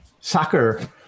soccer